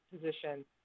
position